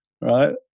Right